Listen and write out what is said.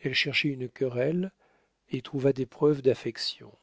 elle cherchait une querelle et trouva des preuves d'affection